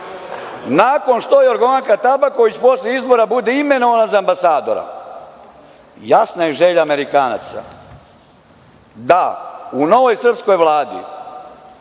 nakon što Jorgovanka Tabaković posle izbora bude imenova za ambasadora. Jasna je želja Amerikanaca da u novoj srpskoj Vladi